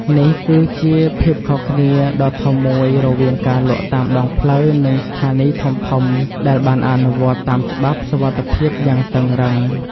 នេះគឺជាភាពខុសគ្នាដ៏ធំមួយរវាងការលក់តាមដងផ្លូវនិងស្ថានីយ៍ធំៗដែលបានអនុវត្តតាមច្បាប់សុវត្ថិភាពយ៉ាងតឹងរ៉ឹង។